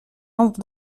nombre